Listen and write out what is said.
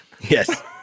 Yes